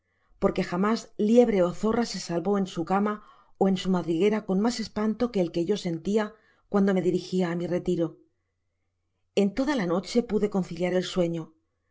porque jamás liebre ó zorra se salvó en su cama ó en su madriguera coa mas espanto que q que yo sentia cuando me dirigia á mi retiro en toda la noche pude conciliar el sueño